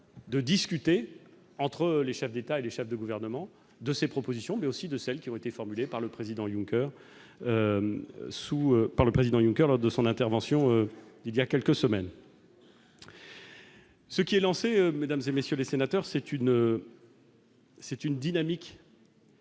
de discuter entre les chefs d'État ou de gouvernement non seulement de ces propositions, mais aussi de celles qui ont été formulées par le président Juncker lors de son intervention voilà quelques semaines. Ce qui est lancé, mesdames, messieurs les sénateurs, c'est une dynamique